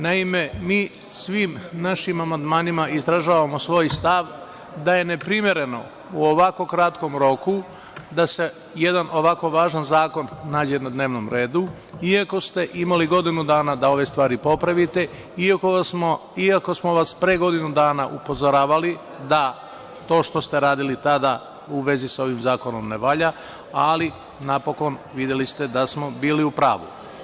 Naime, mi svi našim amandmanima izražavamo svoj stav da je neprimereno u ovako kratkom roku, da se jedan ovako važan zakon nađe na dnevnom redu, iako ste imali godinu dana da ove stvari popravite, i ako smo vas pre godinu dana upozoravali da to što ste radili tada u vezi sa ovim zakonom ne valja, ali napokon, videli ste da smo bili u pravu.